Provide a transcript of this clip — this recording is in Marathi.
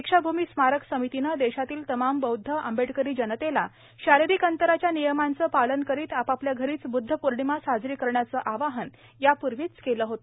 दीक्षाभूमी स्मारक समितीने देशातील तमाम बौदध आंबेडकरी जनतेला शारीरिक अंतराच्या नियमाचे पालन करीत आपापल्या घरीच बुदध पोर्णिमा साजरी करण्याचे आवाहन यापूर्वीच केले होते